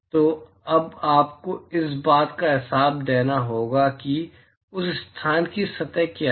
तो अब आपको इस बात का हिसाब देना होगा कि उस स्थान की सतह क्या है